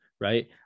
Right